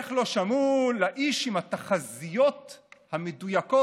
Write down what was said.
איך לא שמעו לאיש עם התחזיות המדויקות